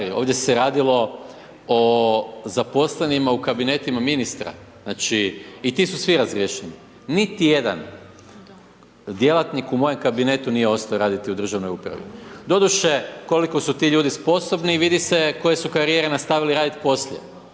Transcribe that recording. ovdje se je radilo o zaposlenima u kabinetima ministra i ti su svi razriješeni. Niti jedan djelatnik u mojem kabinetu nije ostao raditi u državnoj u pravi. Doduše koliko su ti ljudi sposobni, vidi se koje su karijere nastavili raditi poslije,